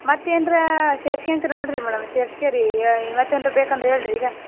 ಮತ್ತೇನರಾ ಸೇರ್ಸ್ಯಂತ್ರ ನೋಡಿರಿ ಮೆಡಮ್ ಸೇರ್ಸ್ಕೊರಿ ಐ ಮತ್ತೆನಾರ ಬೇಕಾದ್ರೆ ಹೇಳ್ರಿ ಈಗ